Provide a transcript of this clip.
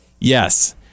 yes